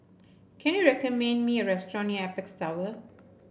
can you recommend me a restaurant near Apex Tower